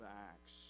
Acts